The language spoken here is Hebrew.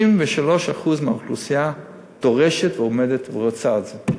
93% מהאוכלוסייה דורשת ורוצה את זה.